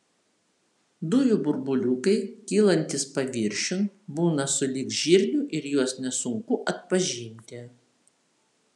dujų burbuliukai kylantys paviršiun būna sulig žirniu ir juos nesunku atpažinti